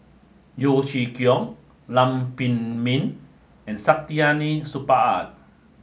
Yeo Chee Kiong Lam Pin Min and Saktiandi Supaat